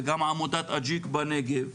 וגם עמותת אג'יק בנגב,